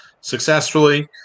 successfully